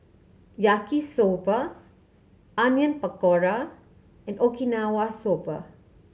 Yaki Soba Onion Pakora and Okinawa Soba